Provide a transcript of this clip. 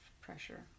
pressure